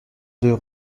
deux